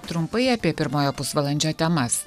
trumpai apie pirmojo pusvalandžio temas